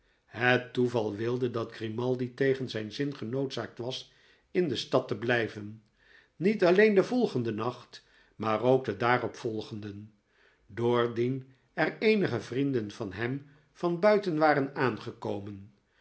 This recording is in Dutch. het toeval wilde dat grimaldi tegen zijn zin genoodzaakt was in de stad te blijven niet alleen den volgenden nacht maar ook den daaropvolgenden doordien er eenige vrienden van hem van buiten waren aangekomen